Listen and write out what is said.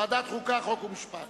בוועדת החוקה, חוק ומשפט.